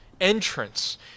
entrance